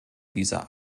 dieser